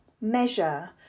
measure